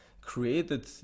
created